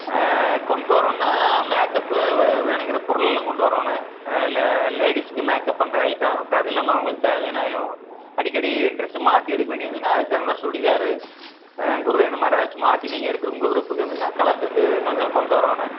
கொண்டு வருவோன்னால் மேக்அப்பு வேணுங்கிற பொருளும் கொண்டு வரணும் அதில் லேடிஸுக்கு மேக்அப் பண்ணுற ஐட்டம் அப்புறம் அது இல்லாமல் அவங்களுக்கு தேவையான அடிக்கடி ட்ரெஸ்ஸு மாற்றி எடுக்க வேண்டி இருந்ததுனா அதுக்கு தகுந்த மாதிரி சுடிதாரு குர்தா இந்த மாதிரி எதாச்சு மாற்றி நீங்கள் எடுக்கிற உங்கள் விருப்ப இங்கே இருந்ததுனால் கலர் ட்ரெஸ்ஸு நாங்கள் கொண்டு வரணும்